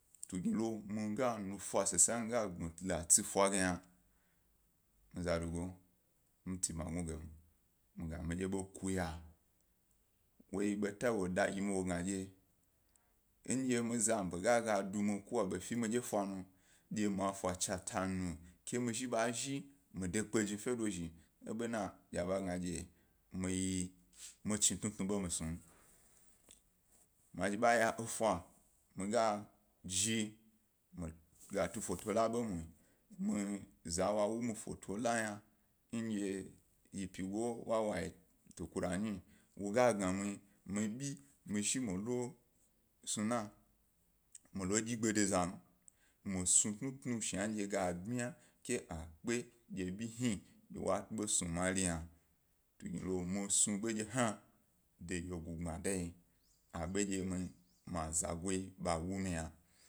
Tugni lo, mi ga nufa basa mi ga la tsi fa ge yna, mi zadugo mi ti bmyagnu gem, mi ga mi dye kuya wo yi beta wo da gi mi wo gna dye mi zanḃe ga, ga dumi ko a ḃa fi e midge fa nu, dye ma fa chatanu ke mi zhi ḃazhi mi dekpe jna fe dozhi bena dye aga ndye mi yi, mi chi tnutnu ḃo mi gnum ma zhi ḃa ya efa. Mi ga zhi gat u fota la ḃo mue, mi, za wa wu mi foto la yna ndye yi pyigo y. y tukura nyi, wo ga mi, mi abi milo dyigbe de zaza yeri, mi sun tnu tnu ghadye ga ḃaya, ke a kpe dye abi hni wo ḃo snu mair yna, tugne lo mi snu hna de wye gu gbmada yis. A ḃo ndye ma azago a wo mi yna.